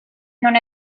non